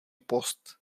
post